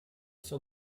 sein